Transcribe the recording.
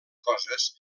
coses